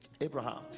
abraham